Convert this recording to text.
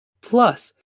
plus